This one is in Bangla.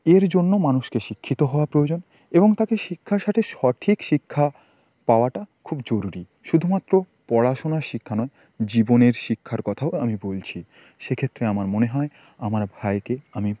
এর জন্য মানুষকে শিক্ষিত হওয়া প্রয়োজন এবং তাকে শিক্ষার সাথে সঠিক শিক্ষা পাওয়াটা খুব জরুরি শুধুমাত্র পড়াশোনার শিক্ষা নয় জীবনের শিক্ষার কথাও আমি বলছি সেক্ষেত্রে আমার মনে হয় আমার ভাইকে আমি